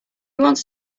wants